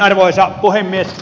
arvoisa puhemies